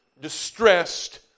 distressed